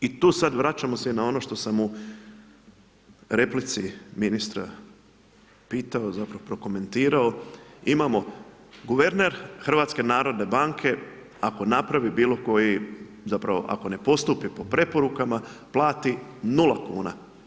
I tu sada vraćamo se na ono što sam i u replici ministra pitao, zapravo prokomentirao, imamo guverner HNB ako napravi bilo koji, zapravo ako ne postupi po preporukama plati nula kuna.